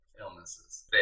illnesses